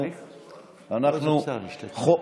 אנחנו כל יום,